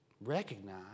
recognize